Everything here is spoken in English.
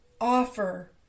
offer